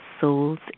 soul's